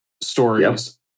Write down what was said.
stories